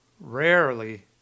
rarely